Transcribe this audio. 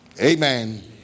Amen